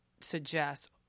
suggest